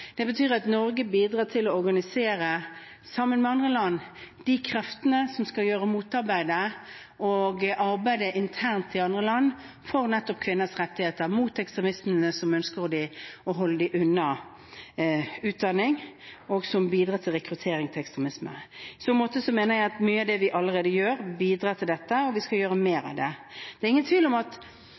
Det betyr at Norge, sammen med andre land, bidro til å organisere de kreftene som skal gjøre motarbeidet og arbeide internt i andre land for nettopp kvinners rettigheter og mot ekstremistene som ønsker å holde dem unna utdanning, og som bidrar til rekruttering til ekstremisme. I så måte mener jeg at mye av det vi allerede gjør, bidrar til dette, og vi skal gjøre mer av det. Det er ingen tvil om at